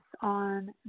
on